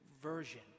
version